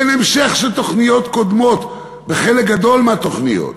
אין המשך של תוכניות קודמות בחלק גדול מהתוכניות.